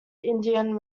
indian